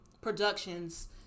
productions